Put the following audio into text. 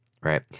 right